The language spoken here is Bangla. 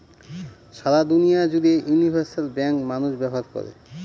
সারা দুনিয়া জুড়ে ইউনিভার্সাল ব্যাঙ্ক মানুষ ব্যবহার করে